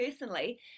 personally